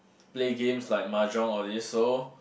play games like mahjong all these so